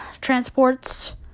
transports